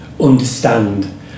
understand